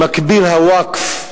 במקביל, הווקף,